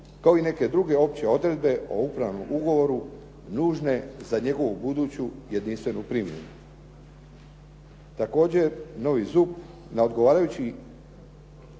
kao i neke druge opće odredbe o upravnom ugovoru nužne za njegovu buduću jedinstvenu primjenu. Također novi ZUP na odgovarajući